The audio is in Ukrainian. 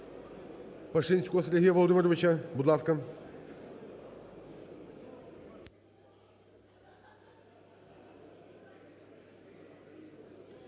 Пашинського Сергія Володимировича, будь ласка.